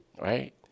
right